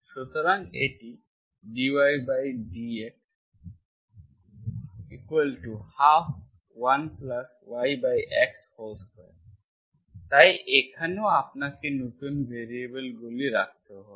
সুতরাং এটি dydx121YX2 তাই এখনও আপনাকে নতুন ভ্যারিয়েবলগুলি রাখতে হবে